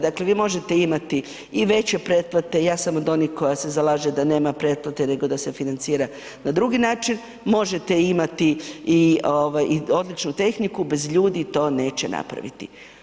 Dakle vi možete imati i veće pretplate i ja sam od onih koja se zalaže da nema pretplate nego da se financira na drugi način, možete imati i odličnu tehniku bez ljudi to neće napraviti.